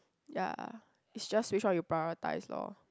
ya it's just which one you prioritise lor